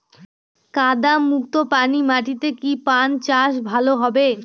কাদা যুক্ত পলি মাটিতে কি পান চাষ ভালো হবে?